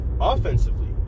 offensively